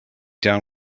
down